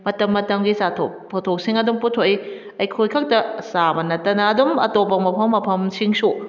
ꯃꯇꯝ ꯃꯇꯝꯒꯤ ꯆꯥꯊꯣꯛ ꯄꯣꯠꯊꯣꯛꯁꯤꯡ ꯑꯗꯨꯝ ꯄꯨꯊꯣꯛꯏ ꯑꯩꯈꯣꯏ ꯈꯛꯇ ꯆꯥꯕ ꯅꯠꯇꯅ ꯑꯗꯨꯝ ꯑꯇꯣꯞꯄ ꯃꯐꯝ ꯃꯐꯝꯁꯤꯡꯁꯨ